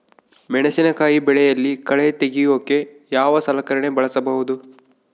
ಮೆಣಸಿನಕಾಯಿ ಬೆಳೆಯಲ್ಲಿ ಕಳೆ ತೆಗಿಯೋಕೆ ಯಾವ ಸಲಕರಣೆ ಬಳಸಬಹುದು?